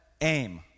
aim